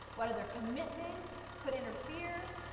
what other commitments, could interfere?